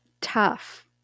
Tough